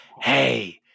hey